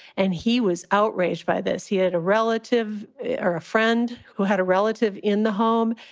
and he was outraged by this. he had a relative or a friend who had a relative in the home.